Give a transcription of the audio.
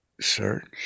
search